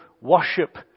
worship